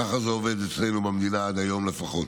ככה זה עובד אצלנו במדינה, עד היום, לפחות.